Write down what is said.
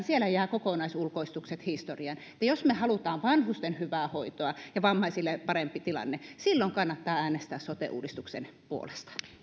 siellä jäävät kokonaisulkoistukset historiaan jos me haluamme vanhusten hyvää hoitoa ja vammaisille paremman tilanteen silloin kannattaa äänestää sote uudistuksen puolesta